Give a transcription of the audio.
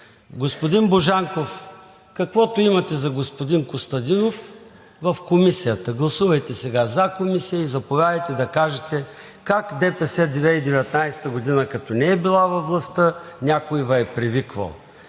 Господин Божанков, каквото имате за господин Костадинов – в комисията. Гласувайте сега за комисия и заповядайте да кажете как ДПС 2019 г., като не е била във властта, някой Ви е привиквал.